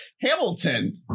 hamilton